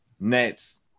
Nets